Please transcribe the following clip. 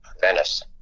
Venice